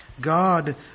God